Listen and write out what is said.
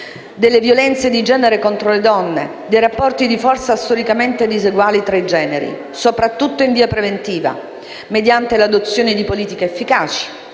della violenza di genere contro le donne e dei rapporti di forza storicamente diseguali tra i generi, soprattutto in via preventiva, mediante l'adozione di politiche efficaci